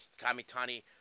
Kamitani